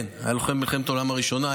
לוחם במלחמת העולם הראשונה,